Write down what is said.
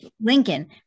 Lincoln